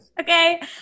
Okay